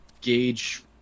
gauge